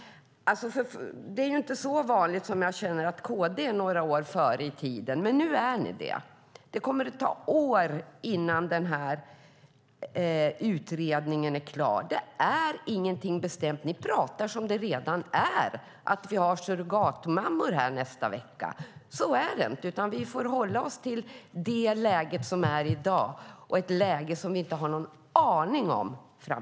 Det är inte så vanligt att KD ligger några år före i tiden, men nu gör ni det. Det kommer att ta år innan utredningen om surrogatmoderskap är klar. Inget är bestämt, men ni pratar som om vi skulle få surrogatmammor nästa vecka. Så är det inte. Låt oss hålla oss till det läge som är i dag. Hur det blir framöver har vi ingen aning om.